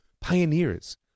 pioneers